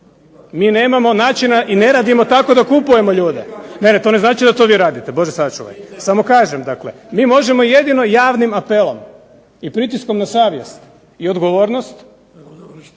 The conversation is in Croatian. mi nemamo načina i ne radimo tako da kupujemo ljude, ne, ne to ne znači da to vi radite, Bože sačuvaj, samo kažem. Dakle, mi možemo jedino javnim apelom i pritiskom na savjest i odgovornost